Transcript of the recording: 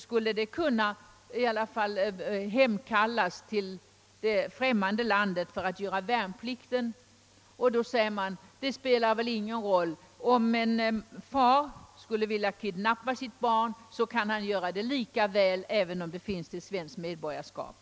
Vidare menar man, att det svenska medborgarskapet inte har någon betydelse för det fall att en far skulle vilja kidnappa sitt barn. Han skulle kunna göra det lika lätt även om barnet har ett svenskt medborgarskap.